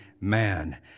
man